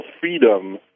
freedom